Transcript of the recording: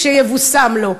שיבושם לו.